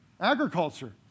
Agriculture